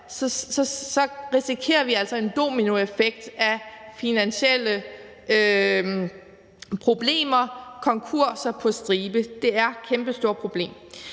Vi risikerer altså en dominoeffekt af finansielle problemer og konkurser på stribe. Det er et kæmpestort problem.